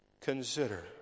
consider